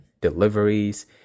deliveries